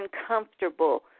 uncomfortable